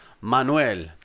Manuel